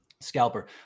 scalper